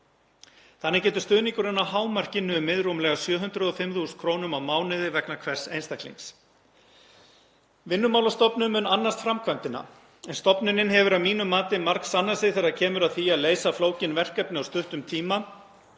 Þannig getur stuðningurinn að hámarki numið rúmlega 705.000 kr. á mánuði vegna hvers einstaklings. Vinnumálastofnun mun annast framkvæmdina en stofnunin hefur að mínu mati margsannað sig þegar kemur að því að leysa flókin verkefni á stuttum tíma.